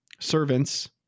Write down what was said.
servants